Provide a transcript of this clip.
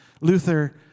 Luther